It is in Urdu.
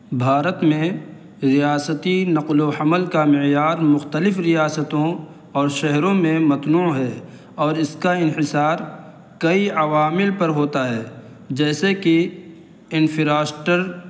بھارت میں ریاستی نقل و حمل کا معیار مختلف ریاستوں اور شہروں میں متنوع ہے اور اس کا انحصار کئی عوامل پر ہوتا ہے جیسے کہ انفراسٹر